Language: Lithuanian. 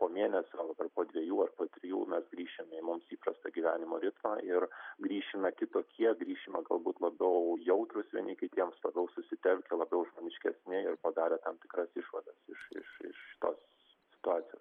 po mėnesio ar ar po dvejų ar po trijų mes grįšim į mums įprastą gyvenimo ritmą ir grįšime kitokie grįšime galbūt labiau jautrūs vieni kitiems labiau susitelkę labiau žmoniškesni ir padarę tam tikras išvadas iš iš iš tos situacijos